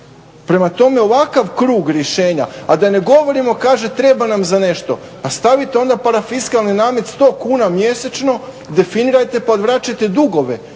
Prema tome, ovakav krug rješenja, a da ne govorimo kaže treba nam za nešto. Pa stavite onda parafiskalan namet 100 kuna mjesečno, definirajte pa vračajte dugove.